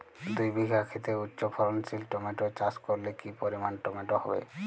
দুই বিঘা খেতে উচ্চফলনশীল টমেটো চাষ করলে কি পরিমাণ টমেটো হবে?